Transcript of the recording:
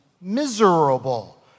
Miserable